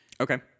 Okay